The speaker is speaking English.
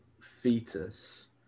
fetus